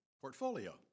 portfolio